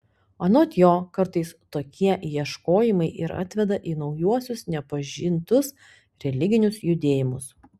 anot jo kartais tokie ieškojimai ir atveda į naujuosius nepažintus religinius judėjimus